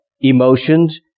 emotions